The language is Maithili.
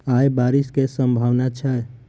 आय बारिश केँ सम्भावना छै?